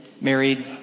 Married